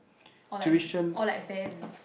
or like or like band